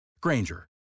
Granger